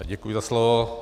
Děkuji za slovo.